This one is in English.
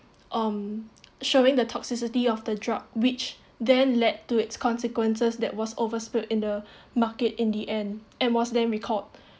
um showing the toxicity of the drug which then led to its consequences that was over spilt in the market in the end and was then record